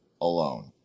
alone